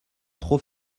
trop